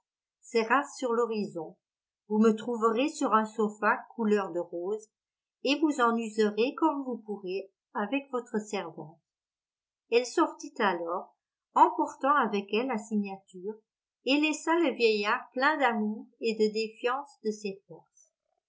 sur l'horizon vous me trouverez sur un sofa couleur de rose et vous en userez comme vous pourrez avec votre servante elle sortit alors emportant avec elle la signature et laissa le vieillard plein d'amour et de défiance de ses forces